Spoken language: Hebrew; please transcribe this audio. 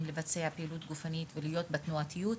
לבצע פעילות גופנית ולהיות בתנועתיות.